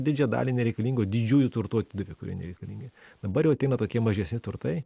didžiąją dalį nereikalingo didžiųjų turtų atidavė kurie nereikalingi dabar jau ateina tokie mažesni turtai